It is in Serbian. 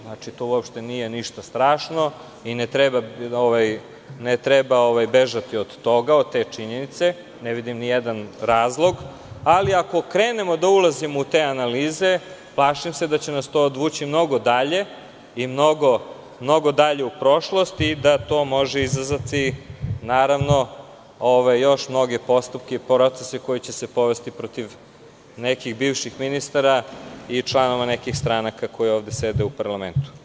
Znači, to uopšte nije ništa strašno i ne treba bežati od toga, od te činjenice, ne vidim nijedan razlog, ali ako krenemo da ulazimo u te analize, plašim se da će nas to odvući mnogo dalje u prošlosti i da to može izazvati još mnoge postupke i procese koji će se povesti protiv nekih bivših ministara i članova nekihstranaka koje ovde sede u parlamentu.